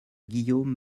guillaume